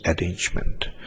arrangement